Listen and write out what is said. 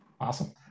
Awesome